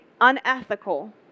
unethical